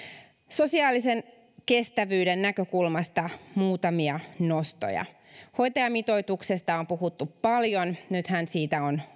sosiaalisen kestävyyden näkökulmasta muutamia nostoja hoitajamitoituksesta on puhuttu paljon nythän siitä on